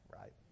Right